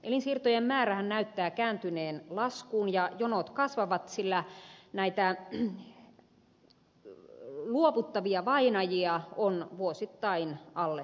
elinsiirtojen määrähän näyttää kääntyneen laskuun ja jonot kasvavat sillä näitä luovuttavia vainajia on vuosittain alle sata